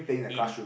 in